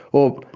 or,